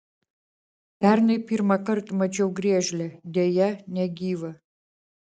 pernai pirmąkart mačiau griežlę deja negyvą